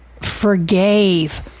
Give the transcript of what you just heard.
forgave